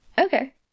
Okay